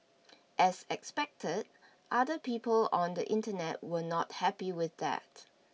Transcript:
as expected other people on the Internet were not happy with that